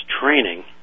training